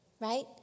Right